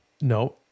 no